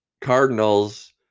Cardinals